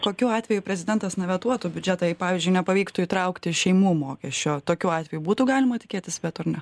kokiu atveju prezidentas na vetuotų biudžetą jei pavyzdžiui nepavyktų įtraukti šeimų mokesčio tokiu atveju būtų galima tikėtis veto ar ne